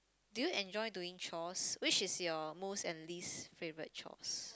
do you enjoy doing chores which is your most and least favorite chores